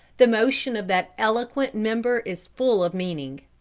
the motion of that eloquent member is full of meaning.